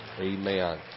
Amen